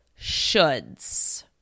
shoulds